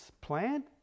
plant